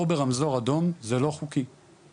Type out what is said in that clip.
לעבור ברמזור אדום זה לא חוקי,